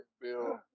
Bill